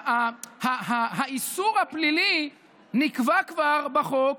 האיסור הפלילי כבר נקבע בחוק